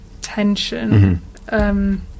tension